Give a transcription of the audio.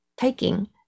taking